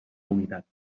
unitat